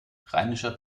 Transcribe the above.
rheinischer